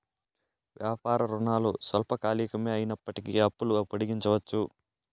వ్యాపార రుణాలు స్వల్పకాలికమే అయినప్పటికీ అప్పులు పొడిగించవచ్చు